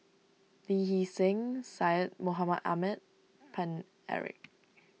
Lee Hee Seng Syed Mohamed Ahmed Paine Eric